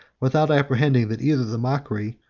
without apprehending that either the mockery,